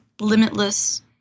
limitless